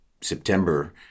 September